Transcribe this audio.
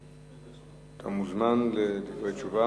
אתה מוזמן לדברי תשובה.